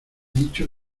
dicho